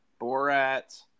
Borat